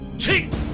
cheek